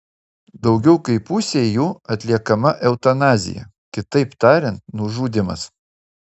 daugiau kaip pusei jų atliekama eutanazija kitaip tariant nužudymas